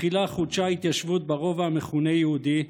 תחילה חודשה ההתיישבות ברובע המכונה "יהודי",